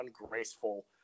ungraceful